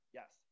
yes